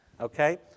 Okay